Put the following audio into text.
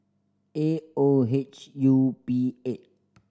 A O H U B eight